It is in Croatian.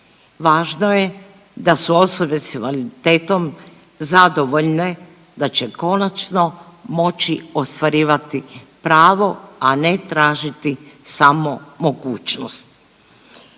važno je da su osobe s invaliditetom zadovoljne da će konačno moći ostvarivati pravo, a ne tražiti samo mogućnost.